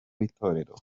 w’itorero